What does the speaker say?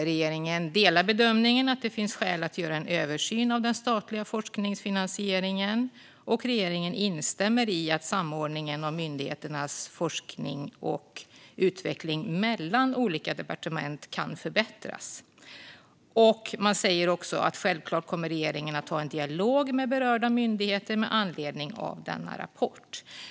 Regeringen delar bedömningen att det finns skäl att göra en översyn av den statliga forskningsfinansieringen, och regeringen instämmer i att samordningen av myndigheternas forskning och utveckling mellan olika departement kan förbättras. Regeringen säger också att man självklart kommer att ha en dialog med berörda myndigheter med anledning av denna rapport.